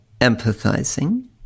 empathizing